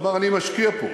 והוא אמר: אני משקיע פה,